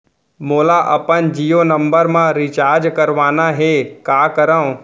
मोला अपन जियो नंबर म रिचार्ज करवाना हे, का करव?